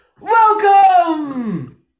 Welcome